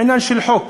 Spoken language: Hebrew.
זה עניין של חוק,